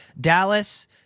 Dallas